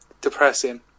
depressing